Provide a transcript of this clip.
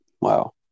Wow